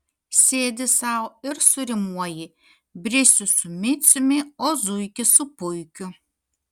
sėdi sau ir surimuoji brisių su miciumi o zuikį su puikiu